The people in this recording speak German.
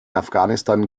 afghanistan